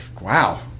Wow